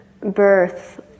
birth